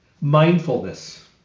Mindfulness